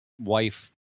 wife